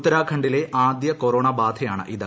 ഉത്തരാഖണ്ഡിലെ ആദ്യ കൊറോണ ബാധയാണിത്